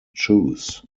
choose